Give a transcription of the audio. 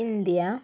India